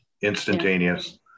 instantaneous